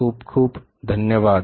खूप खूप धन्यवाद